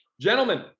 gentlemen